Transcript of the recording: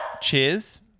Cheers